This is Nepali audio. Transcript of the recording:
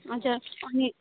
हजुर अनि